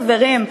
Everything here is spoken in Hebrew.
חברים,